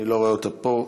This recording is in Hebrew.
אני לא רואה אותה פה,